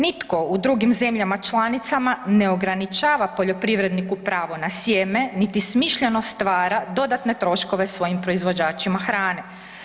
Nitko u drugim zemljama članicama ne ograničava poljoprivredniku pravo na sjeme, niti smišljeno stvara dodatne troškove svojim proizvođačima hrane.